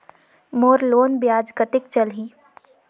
मोर loan ब्याज कतेक चलही?